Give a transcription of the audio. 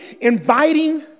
inviting